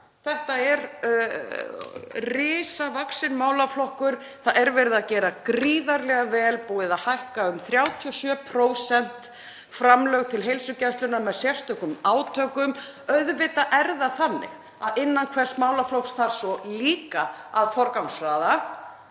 Þetta er risavaxinn málaflokkur. Það er verið að gera gríðarlega vel, búið að hækka framlög til heilsugæslunnar um 37% með sérstökum átökum. Auðvitað er það þannig að innan hvers málaflokks þarf svo líka að forgangsraða